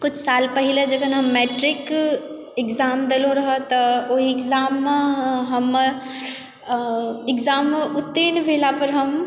किछु साल पहिले जखन हम मैट्रिक एग्जाम देलहुँ रहऽ तऽ ओ एग्जाममे हमर एग्जाममे उत्तीर्ण भेला पर हम